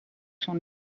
son